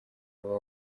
uba